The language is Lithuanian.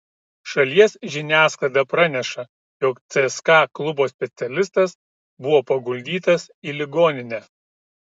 šalies žiniasklaida praneša jog cska klubo specialistas buvo paguldytas į ligoninę